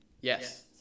Yes